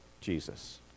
Jesus